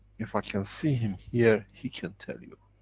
if i can see him here, he can tell you.